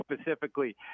specifically